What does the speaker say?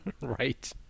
Right